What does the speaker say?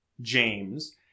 James